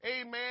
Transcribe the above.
Amen